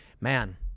Man